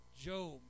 Job